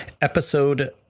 Episode